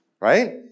right